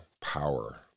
power